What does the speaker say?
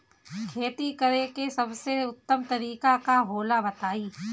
खेती करे के सबसे उत्तम तरीका का होला बताई?